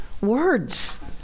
words